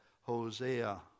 Hosea